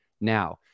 now